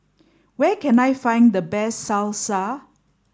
where can I find the best Salsa